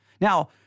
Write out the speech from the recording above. Now